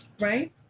right